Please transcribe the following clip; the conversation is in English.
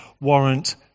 warrant